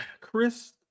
Chris